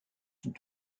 sont